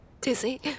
Dizzy